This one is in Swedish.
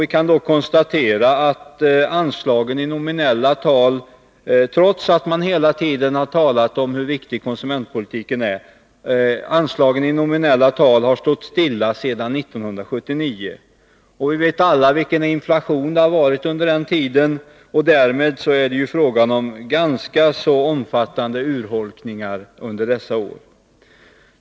Jag har då kunnat konstatera att anslagen i nominella tal — trots att man hela tiden har talat om hur viktig konsumentpolitiken är — har stått stilla sedan 1979. Vi vet alla vilken inflation det har varit under denna tid. Därför är det fråga om ganska omfattande urholkningar under dessa år.